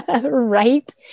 right